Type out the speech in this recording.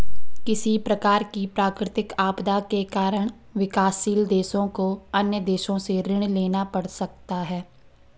किसी प्रकार की प्राकृतिक आपदा के कारण विकासशील देशों को अन्य देशों से ऋण लेना पड़ सकता है